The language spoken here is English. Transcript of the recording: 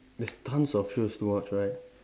there's tons of shows to watch right